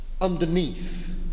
underneath